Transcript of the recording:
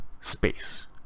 space